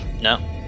No